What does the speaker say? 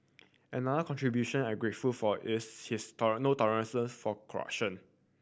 another contribution I'm grateful for is his no tolerances for corruption